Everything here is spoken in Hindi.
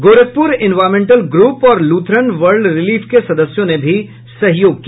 गोरखपुर एनवायरमेंटल ग्रुप और लूथरन वर्ल्ड रिलीफ के सदस्यों ने भी सहयोग किया